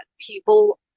people